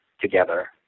together